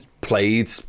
played